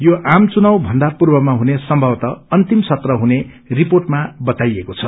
यो आम चुनाव भन्दा पूर्वमा हुने सम्भवत अन्तिम सत्र हुने रिपोटमा बताइएको छ